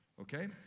Okay